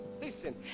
listen